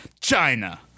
China